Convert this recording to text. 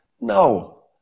No